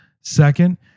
second